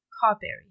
Carberry